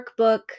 workbook